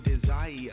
desire